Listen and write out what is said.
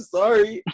sorry